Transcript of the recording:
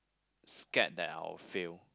scared that I'll fail